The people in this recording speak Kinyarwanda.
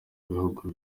bihugu